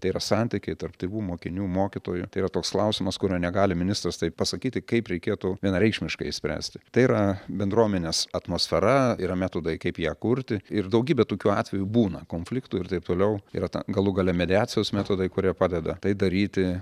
tai yra santykiai tarp tėvų mokinių mokytojų tai yra toks klausimas kurio negali ministras taip pasakyti kaip reikėtų vienareikšmiškai išspręsti tai yra bendruomenės atmosfera yra metodai kaip ją kurti ir daugybė tokių atvejų būna konfliktų ir taip toliau yra ta galų gale mediacijos metodai kurie padeda tai daryti